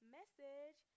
message